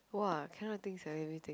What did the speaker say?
!wah! cannot think sia let me think